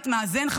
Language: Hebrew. בית מאזן,